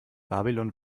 babylon